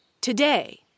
Today